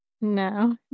No